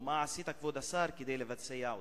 מה עשית, כבוד השר, כדי לבצע אותה?